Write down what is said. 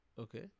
okay